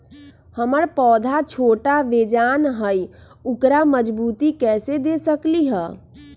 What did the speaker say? हमर पौधा छोटा बेजान हई उकरा मजबूती कैसे दे सकली ह?